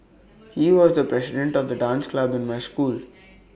he was the president of the dance club in my school